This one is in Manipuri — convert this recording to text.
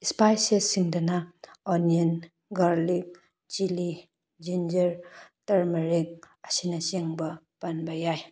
ꯁ꯭ꯄꯥꯏꯁꯦꯁꯁꯤꯡꯗꯅ onion garlic chilli ginger turmeric ꯑꯁꯤꯅ ꯆꯤꯡꯕ ꯄꯥꯟꯕ ꯌꯥꯏ